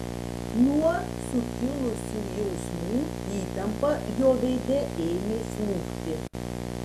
nuo sukilusių jausmų įtampa jo veide ėmė slūgti